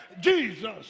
Jesus